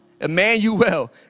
Emmanuel